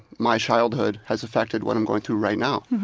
my childhood has affected what i'm going through right now.